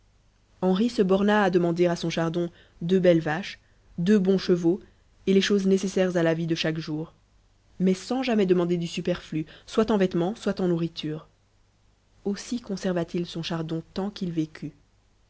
henri se borna à demander à son chardon deux belles vaches deux bons chevaux et les choses nécessaires à la vie de chaque jour mais sans jamais demander du superflu soit en vêtements soit en nourriture aussi conserva t il son chardon tant qu'il vécut